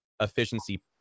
efficiency